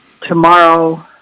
tomorrow